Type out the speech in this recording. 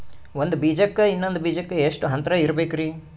ಒಂದ್ ಬೀಜಕ್ಕ ಇನ್ನೊಂದು ಬೀಜಕ್ಕ ಎಷ್ಟ್ ಅಂತರ ಇರಬೇಕ್ರಿ?